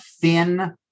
thin